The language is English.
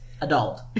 adult